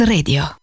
Radio